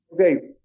okay